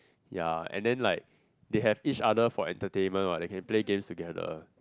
ya and then like they have each other for entertainment what they can play games together